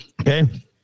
Okay